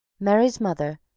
mary's mother,